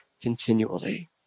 continually